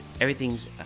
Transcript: everything's